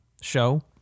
show